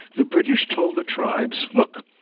the british told the tribes look,